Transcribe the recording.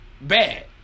bad